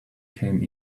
came